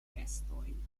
vestojn